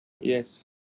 Yes